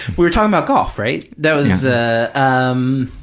we were talking about golf, right? that was. ah um